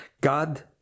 God